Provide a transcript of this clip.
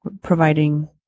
providing